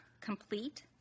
complete